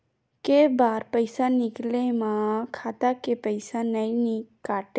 के बार पईसा निकले मा खाता ले पईसा नई काटे?